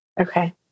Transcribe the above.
Okay